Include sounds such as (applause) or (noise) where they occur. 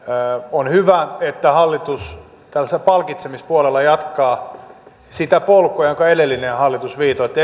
on hyvä että hallitus tällaisella palkitsemispuolella jatkaa sitä polkua jonka edellinen hallitus viitoitti (unintelligible)